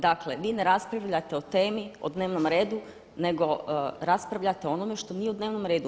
Dakle, vi ne raspravljate o temi, o dnevnom redu nego raspravljate o onome što nije u dnevnom redu.